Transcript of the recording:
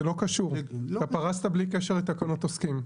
זה לא קשור, אתה פרסת בלי קשר לתקנות עוסקים.